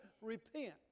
repent